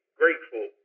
grateful